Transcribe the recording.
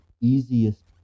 easiest